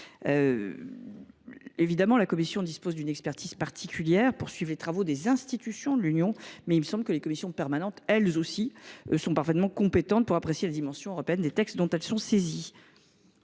que cette commission dispose d’une expertise particulière pour suivre les travaux des institutions de l’Union, mais les commissions permanentes sont tout aussi compétentes pour apprécier la dimension européenne des textes dont elles sont saisies